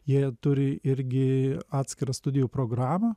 jie turi irgi atskiras studijų programą